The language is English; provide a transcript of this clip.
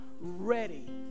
ready